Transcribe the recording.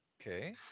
Okay